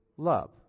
love